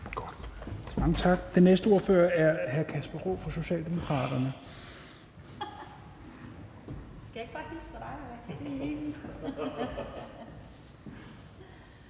Mange tak. Den næste ordfører er hr. Kasper Roug fra Socialdemokraterne.